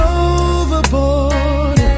overboard